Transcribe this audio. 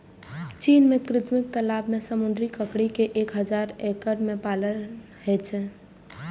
चीन मे कृत्रिम तालाब मे समुद्री ककड़ी के एक हजार एकड़ मे पालन होइ छै